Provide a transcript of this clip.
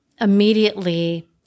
immediately